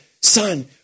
son